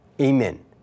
amen